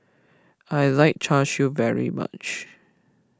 I like Char Siu very much